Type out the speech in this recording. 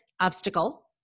obstacle